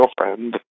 girlfriend